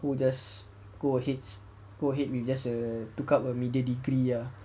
we'll just go ahead go ahead with just took up a media degree ya